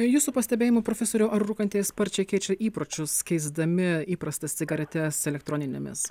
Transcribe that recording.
jūsų pastebėjimu profesoriau ar rūkantieji sparčiai keičia įpročius keisdami įprastas cigaretes elektroninėmis